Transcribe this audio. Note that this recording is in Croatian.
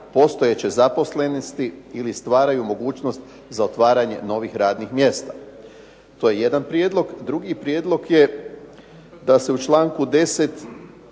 postojeće zaposlenosti ili stvaraju mogućnost za otvaranje novih radnih mjesta. To je jedan prijedlog, drugi prijedlog je da se u članku 10.